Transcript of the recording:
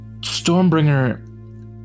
Stormbringer